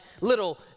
little